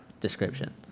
description